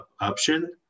option